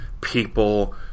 people